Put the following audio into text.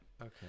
okay